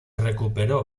recuperó